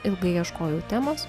ilgai ieškojau temos